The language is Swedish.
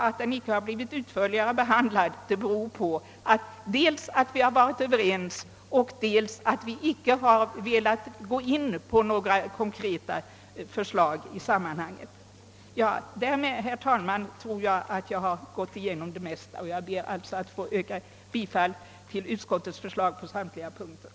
Att den icke blivit utförligare behandlad beror dels på att vi varit överens, dels på att vi icke velat framföra några konkreta förslag i sammanhanget. Herr talman! Jag har med det anförda gått igenom det mesta av de frågor vi nu behandlar. Jag ber att få yrka bifall till utskottets hemställan på samtliga punkter.